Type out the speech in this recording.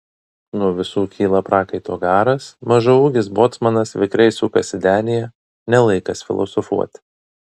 nuo visų kyla prakaito garas mažaūgis bocmanas vikriai sukasi denyje ne laikas filosofuoti